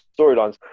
storylines